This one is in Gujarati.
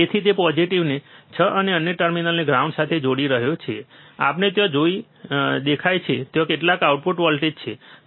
તેથી તે પોઝીટીવને 6 અને અન્ય ટર્મિનલને ગ્રાઉન્ડ સાથે જોડી રહ્યો છે આપણે ત્યાં જે દેખાય છે તેમાં કેટલાક આઉટપુટ વોલ્ટેજ છે તમે 7